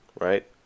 right